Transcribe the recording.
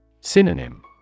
Synonym